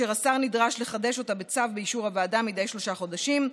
והשר נדרש לחדש אותה בצו באישור הוועדה מדי שלושה חודשים,